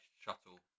shuttle